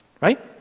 Right